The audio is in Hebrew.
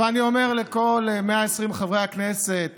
אבל אני אומר לכל 120 חברי הכנסת